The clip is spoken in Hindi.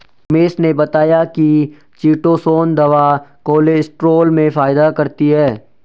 उमेश ने बताया कि चीटोसोंन दवा कोलेस्ट्रॉल में फायदा करती है